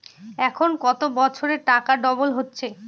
এখন কত বছরে টাকা ডবল হচ্ছে?